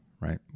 right